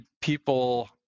people